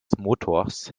motors